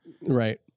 Right